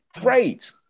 great